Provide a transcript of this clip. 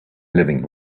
living